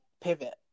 pivot